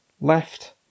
left